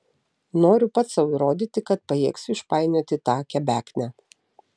noriu pats sau įrodyti kad pajėgsiu išpainioti tą kebeknę